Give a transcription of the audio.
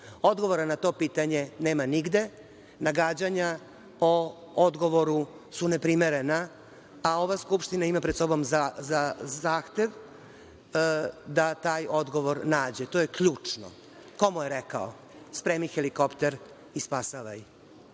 Odgovora na to pitanje nema nigde, nagađanja o odgovoru su neprimerena, a ova Skupština ima pred sobom zahtev da taj odgovor nađe. To je ključno, ko mu je rekao – spremi helikopter i spasavaj. Drugo